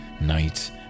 night